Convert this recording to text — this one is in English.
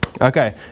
Okay